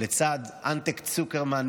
לצד אנטק צוקרמן,